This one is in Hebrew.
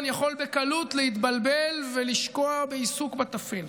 יכול בקלות להתבלבל ולשקוע בעיסוק בטפל.